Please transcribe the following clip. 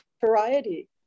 variety